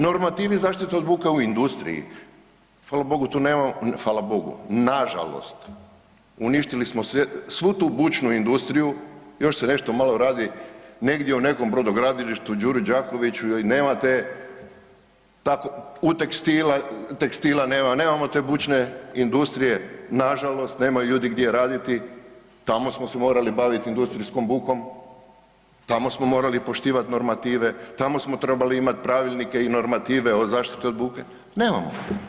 Normativi zaštite buke u industriji, fala Bogu tu nemamo, fala Bogu, nažalost uništili smo sve, svu tu bučnu industriju, još se nešto malo radi negdje u nekom brodogradilištu Đuri Đakoviću ili nemate je, tako, u tekstila, tekstila nema, nemamo te bučne industrije, nažalost nemaju ljudi gdje raditi, tamo smo se morali baviti industrijskom bukom, tamo smo morali poštivat normative, tamo smo trebali imat Pravilnike i normative o zaštiti od buke, nemamo.